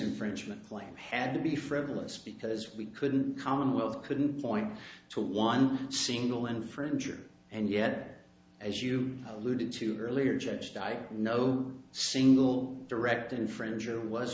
infringement claim had to be frivolous because we couldn't commonwealth couldn't point to one single infringing and yet as you alluded to earlier judged by no single direct infringer was